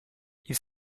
ils